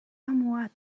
somewhat